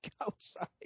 outside